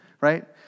right